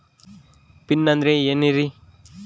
Pin ಅಂದ್ರೆ ಏನ್ರಿ?